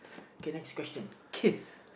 K next question kiss